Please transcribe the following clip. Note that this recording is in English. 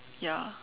ya